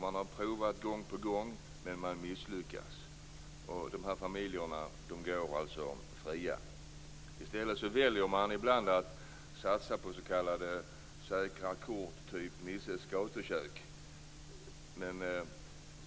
Man har provat gång på gång. Men man har misslyckas. De här familjerna går alltså fria. I stället väljer man ibland att satsa på s.k. säkra kort typ "Nisses gatukök".